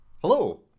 Hello